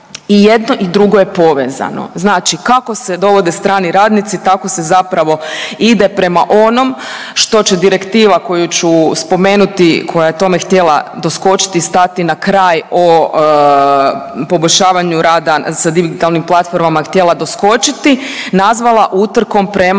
i jedno i drugo je povezano. Znači kako se dovode strani radnici tako se zapravo ide prema onom što će direktiva koju ću spomenuti koja je tome htjela doskočiti i stati na kraj o poboljšavanju rada sa digitalnim platformama je htjela doskočiti, nazvala utrkom prema